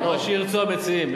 מה שירצו המציעים.